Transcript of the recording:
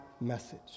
message